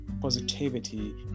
positivity